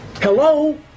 Hello